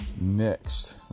Next